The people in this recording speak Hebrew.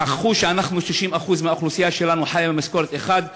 שכחו ש-60% מהאוכלוסייה שלנו חיה ממשכורת אחת.